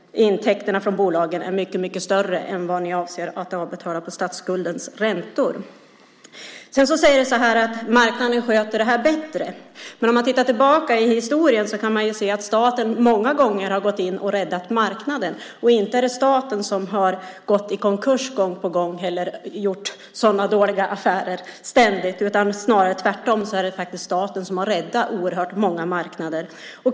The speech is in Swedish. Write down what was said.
Intäkterna från bolagen är mycket större än vad ni avser att betala av på statsskuldens räntor. Ni säger att marknaden sköter det här bättre. Om man tittar tillbaka i historien kan man se att staten många gånger har gått in och räddat marknaden. Inte är det staten som har gått i konkurs gång på gång eller ständigt gjort dåliga affärer. Det är snarare tvärtom så att staten har räddat oerhört många marknader.